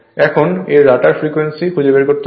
এখন এর rotor frequency খুঁজে বের করতে হবে